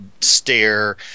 stare